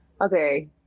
okay